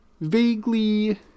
vaguely